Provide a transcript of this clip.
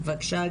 בבקשה,